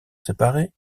séparé